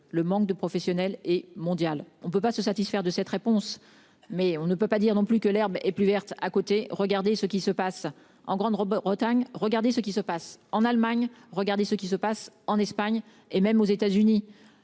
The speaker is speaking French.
Le manque de professionnels et mondial. On ne peut pas se satisfaire de cette réponse. Mais on ne peut pas dire non plus que l'herbe est plus verte à côté, regardez ce qui se passe en grande robe Bretagne. Regardez ce qui se passe en Allemagne, regardez ce qui se passe en Espagne et même aux États-Unis.